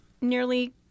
nearly